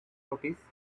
office